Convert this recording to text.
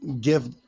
give